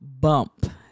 bump